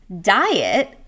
diet